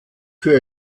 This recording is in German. für